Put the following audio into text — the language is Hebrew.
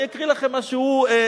אני אקריא לכם מה שהוא אמר.